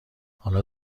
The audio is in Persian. حالا